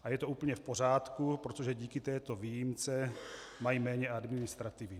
A je to úplně v pořádku, protože díky této výjimce mají méně administrativy.